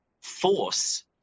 force